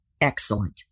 Excellent